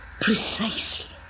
precisely